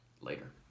Later